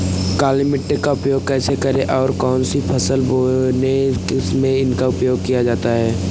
काली मिट्टी का उपयोग कैसे करें और कौन सी फसल बोने में इसका उपयोग किया जाता है?